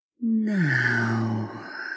now